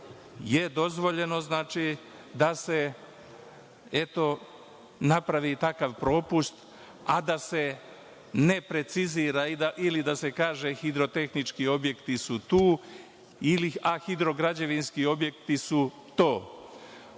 dozvoljeno je da se napravi takav propust, a da se ne precizira ili da se kaže hidrotehnički projekti su tu, a hidrograđevinski objekti su to. Po